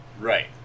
Right